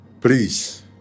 Please